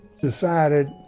decided